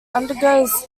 undergoes